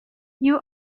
you